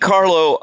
Carlo